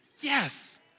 Yes